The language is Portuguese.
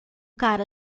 cara